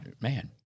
man